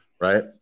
right